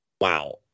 Wow